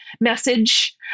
message